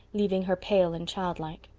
leaving her pale and childlike.